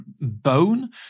bone